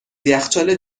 یخچال